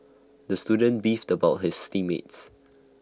the student beefed about his team mates